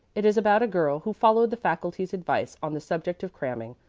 it is about a girl who followed the faculty's advice on the subject of cramming,